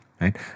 right